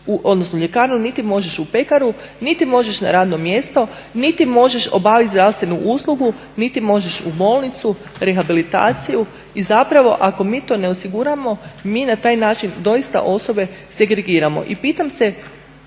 odnosno u ljekarnu, niti možeš u pekaru, niti možeš na radno mjesto, niti možeš obaviti zdravstvenu uslugu, niti možeš u bolnicu, rehabilitaciju. I zapravo ako mi to ne osiguramo mi na taj način doista osobe segregiramo. I pitam se